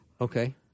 Okay